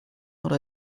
oder